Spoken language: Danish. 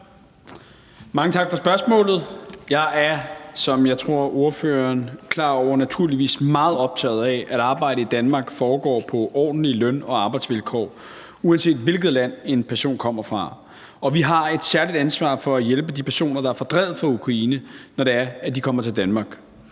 Mange tak for spørgsmålet. Jeg er, som jeg tror ordføreren er klar over, naturligvis meget optaget af, at arbejde i Danmark foregår på ordentlige løn- og arbejdsvilkår, uanset hvilket land en person kommer fra, og vi har et særligt ansvar for at hjælpe de personer, der er fordrevet fra Ukraine, når de kommer til Danmark.